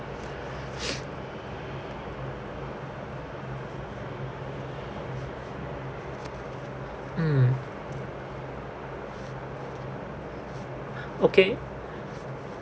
mm okay